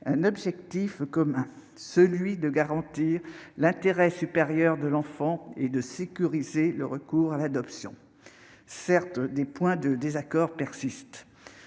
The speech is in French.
objectif commun est de garantir l'intérêt supérieur de l'enfant et de sécuriser le recours à l'adoption. Certes, des points de désaccord persistent.